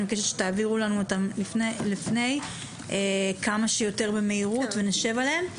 אני מבקשת שתעבירו לנו אותן לפני כמה שיותר מהר ונשב עליהן.